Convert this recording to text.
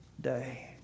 day